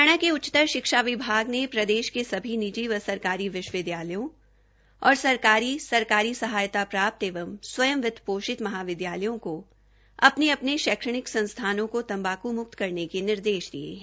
हरियाणा के उच्चतर शिक्षा विभाग ने प्रदेश के सभी निजी व सरकारी विश्वविदयालयों और सरकारी सरकारी सहायता प्राप्त एवं स्वयं वित्त पोषित महाविद्यालयों को अपने अपने शैक्षणिक संस्थानों को तम्बाकू म्कत करने का निर्देश दिये है